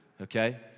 okay